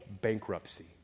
bankruptcy